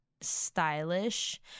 stylish